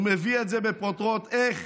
הוא מביא את זה בפרוטרוט, איך